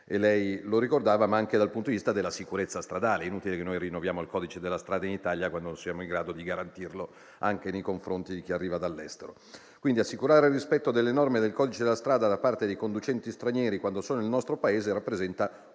ricordava - ma anche della sicurezza stradale. È inutile che noi rinnoviamo il codice della strada in Italia quando non siamo in grado di garantirlo nei confronti di chi arriva dall'estero. Pertanto, assicurare il rispetto delle norme del codice della strada da parte dei conducenti stranieri quando sono nel nostro Paese rappresenta un